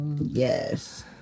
Yes